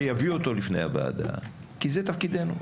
ויביאו אותו לפני הוועדה, כי זה תפקידנו.